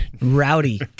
Rowdy